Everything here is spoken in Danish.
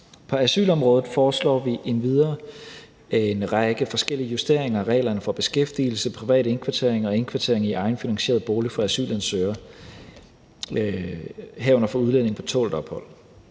På asylområdet foreslår vi endvidere en række forskellige justeringer af reglerne for beskæftigelse, privat indkvartering og indkvartering i egenfinansieret bolig for asylansøgere, herunder for udlændinge på tålt ophold.